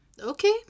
Okay